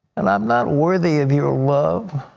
and i'm not worthy of your love.